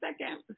second